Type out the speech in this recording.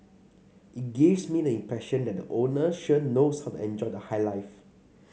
it gives me the impression that the owner sure knows how to enjoy the high life